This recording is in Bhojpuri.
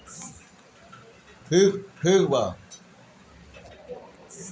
एके तू केतना पईसा कहंवा खरच कईले हवअ उ सब मालूम चलत हवे